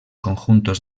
conjuntos